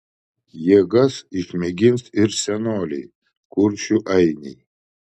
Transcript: jėgas išmėgins ir senoliai kuršių ainiai